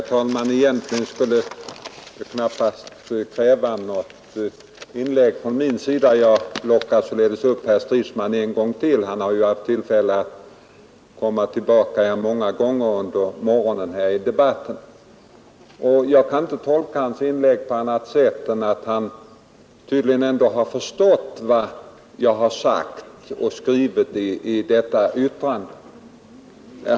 Herr talman! Det skulle knappast krävas något inlägg från min sida. Jag lockar nu upp herr Stridsman en gång till — han har ju haft tillfälle att komma tillbaka många gånger under förmiddagens debatt. Jag kan inte tolka hans inlägg på annat sätt än att han tydligen inte har förstått vad jag sagt i mitt svar.